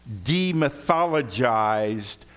demythologized